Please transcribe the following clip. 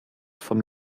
von